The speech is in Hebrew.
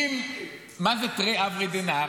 מה זה "תרי עברי דנהרא"?